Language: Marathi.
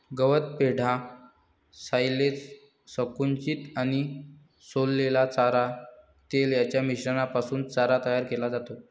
गवत, पेंढा, सायलेज, संकुचित आणि सोललेला चारा, तेल यांच्या मिश्रणापासून चारा तयार केला जातो